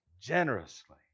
generously